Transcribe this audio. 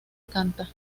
canta